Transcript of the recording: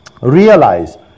realize